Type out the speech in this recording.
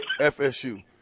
FSU